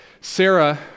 Sarah